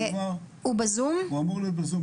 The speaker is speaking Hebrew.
הוא אמור להיות בזום,